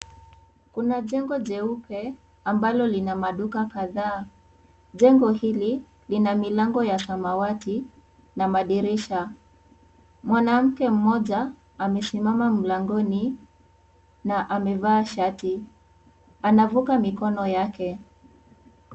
Kuna jengo jeupe, ambalo lina maduka kadhaa. Jengo hili, lina milango ya samawati na madirisha. Mwanamke mmoja, amesimama mlangoni, na amevaa shati. Anavuka mikono yake.